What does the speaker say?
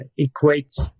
equates